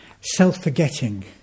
Self-forgetting